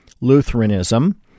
lutheranism